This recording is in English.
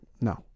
no